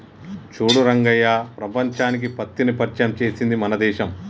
చూడు రంగయ్య ప్రపంచానికి పత్తిని పరిచయం చేసింది మన దేశం